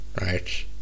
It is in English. right